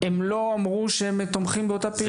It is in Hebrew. הם לא אמרו שהם תומכים באותה פעילות.